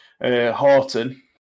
Horton